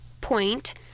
point